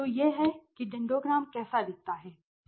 तो यह है कि डेंडोग्राम कैसा दिखता है